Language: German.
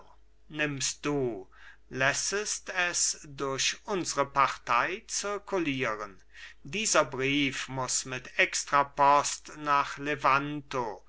nimmst du lässest es durch unsre partei zirkulieren dieser brief muß mit extrapost nach levanto